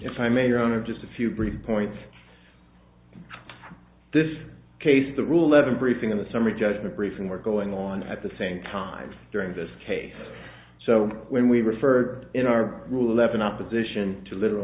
if i may or just a few brief points this case the rule of thumb briefing in the summary judgment briefing were going on at the same time during this case so when we referred in our rule eleven opposition to literal